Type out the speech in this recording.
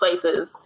places